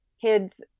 kids